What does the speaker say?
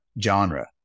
genre